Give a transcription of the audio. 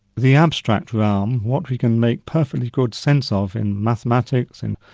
the abstract realm, what we can make perfectly good sense of in mathematic s, and